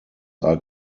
are